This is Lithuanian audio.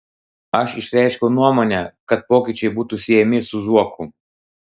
aš išreiškiau nuomonę kad pokyčiai būtų siejami su zuoku